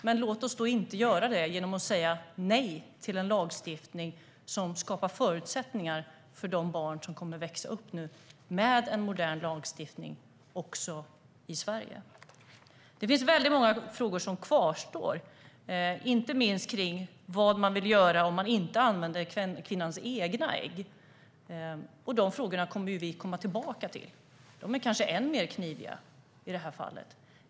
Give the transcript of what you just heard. Men låt oss då inte göra det genom att säga nej till en modern lagstiftning också i Sverige som skapar förutsättningar för de barn som kommer att växa upp här. Det finns många frågor som kvarstår, inte minst kring vad som ska göras om man inte använder kvinnans egna ägg. De frågorna kommer vi att komma tillbaka till. De är kanske än mer kniviga.